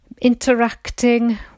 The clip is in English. interacting